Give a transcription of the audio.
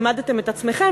העמדתם בו את עצמכם,